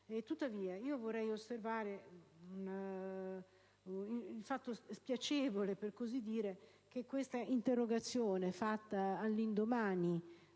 Tuttavia, vorrei osservare il fatto, spiacevole per così dire, che questa interrogazione, presentata all'indomani